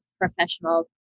professionals